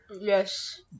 yes